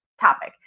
topic